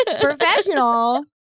professional